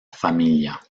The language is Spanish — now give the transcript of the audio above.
familia